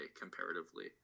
comparatively